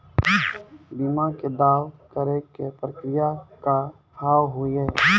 बीमा के दावा करे के प्रक्रिया का हाव हई?